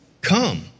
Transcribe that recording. come